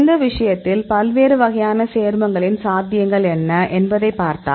இந்த விஷயத்தில் பல்வேறு வகையான சேர்மங்களின் சாத்தியங்கள் என்ன என்பதை பார்த்தால்